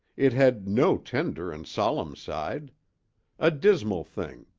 it had no tender and solemn side a dismal thing,